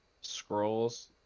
Scrolls